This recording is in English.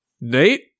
Nate